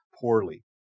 poorly